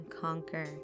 conquer